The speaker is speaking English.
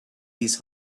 these